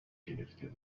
گرفته